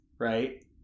right